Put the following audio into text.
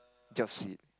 Jobstreet